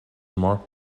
marked